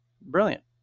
Brilliant